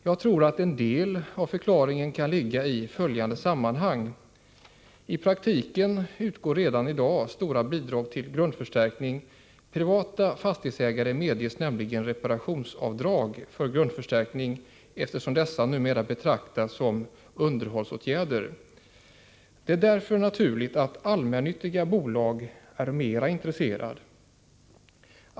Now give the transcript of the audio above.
Jag tror att förklaringen till detta i viss mån kan vara följande: I praktiken utgår redan i dag stora bidrag till grundförstärkning. Privata fastighetsägare medges nämligen reparationsavdrag för grundförstärkningar, eftersom sådana numera betraktas som underhållsåtgärder. Det är därför naturligt att allmännyttiga bolag är mera intresserade.